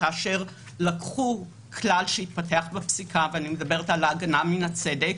כאשר לקחו כלל שהתפתח בפסיקה אני מדברת על ההגנה מן הצדק